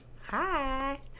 hi